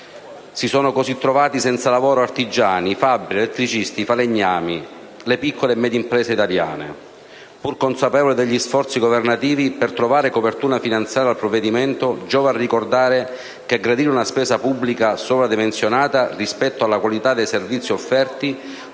Si sono così trovati senza lavoro artigiani, fabbri, elettricisti e falegnami, le piccole e medie imprese italiane. Pur consapevole degli sforzi governativi per trovare copertura finanziaria al provvedimento, giova ricordare che aggredire una spesa pubblica sovradimensionata rispetto alla qualità dei servizi offerti